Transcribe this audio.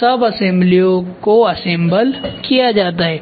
सब असेम्बलिओं को असेम्बल किया जाता है